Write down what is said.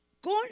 con